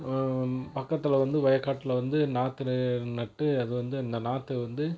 பக்கத்தில் வந்து வயல்காட்டில் வந்து நாற்று ந நட்டு அதைவந்து அந்த நாற்று வந்து